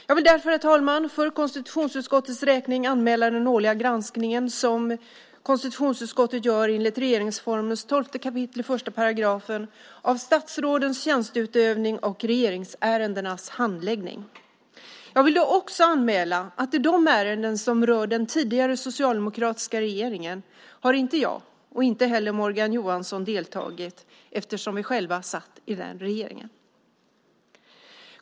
Jag vill därför, herr talman, för konstitutionsutskottets räkning anmäla den årliga granskning som konstitutionsutskottet gör enligt regeringsformens 12 kap. 1 § av statsrådens tjänsteutövning och regeringsärendenas handläggning. Jag vill också anmäla att i de ärenden som rör den tidigare socialdemokratiska regeringen har inte jag och inte heller Morgan Johansson deltagit eftersom vi själva satt i den regeringen.